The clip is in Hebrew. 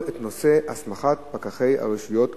את נושא הסמכת פקחי הרשויות המקומיות.